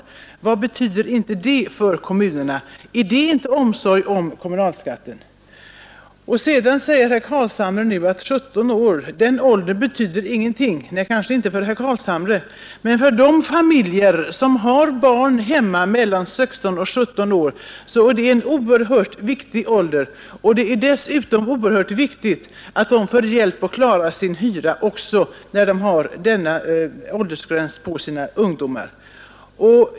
Och vad skulle detta betyda för kommunerna herr Romanus? Är det inte omsorg om kommunalskatten? Herr Carlshamre säger nu att 17 år är en ålder som inte betyder någonting. Nej, kanske inte för herr Carlshamre, men för de familjer som har barn hemma som är mellan 16 och 17 år är det en oerhört viktig ålder. Det är dessutom viktigt att de får hjälp att klara sin hyra också när deras ungdomar är i denna ålder.